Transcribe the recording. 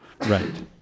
Right